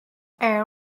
air